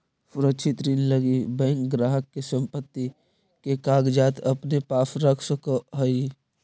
सुरक्षित ऋण लगी बैंक ग्राहक के संपत्ति के कागजात अपने पास रख सकऽ हइ